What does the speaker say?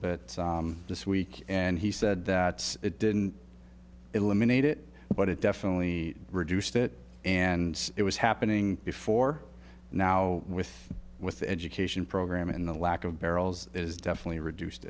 sweet and he said that it didn't eliminate it but it definitely reduced it and it was happening before now with with the education program and the lack of barrels is definitely reduced